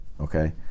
Okay